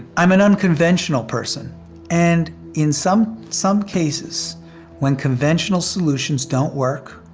i'm an unconventional person and in some some cases when conventional solutions don't work.